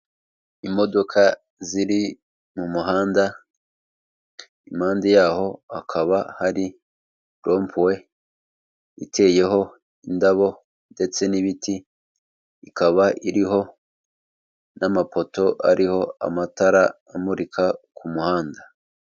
Imodoka ziri mu muhanda impande yaho hakaba hari rompuwe iteyeho indabo ndetse n'ibiti ikaba iriho n'amapoto ariho amatara amurika ku muhanda.